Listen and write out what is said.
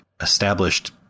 established